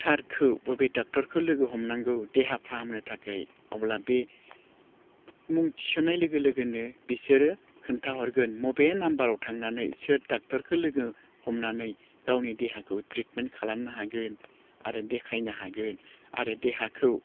थारखौ बबे डाक्टारखौ लोगो हमनांगौ देहा फाहामनो थाखाय अब्ला बे मुं थिसन्नाय लोगो लोगोनो बिसोरो खोन्थाहरगोन बबे नाम्बाराव थांनानै सोर डाक्टरखौ लोगो हमनानै गावनि देहाखौ ट्रिटमेन्ट खालामनो हागोन आरो देखायनो हागोन आरो देहाखौ